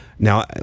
Now